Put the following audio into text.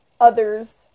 others